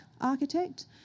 architect